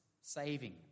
saving